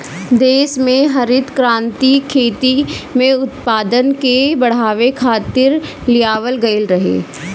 देस में हरित क्रांति खेती में उत्पादन के बढ़ावे खातिर लियावल गईल रहे